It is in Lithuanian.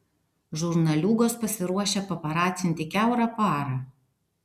žurnaliūgos pasiruošę paparacinti kiaurą parą